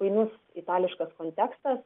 painus itališkas kontekstas